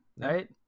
right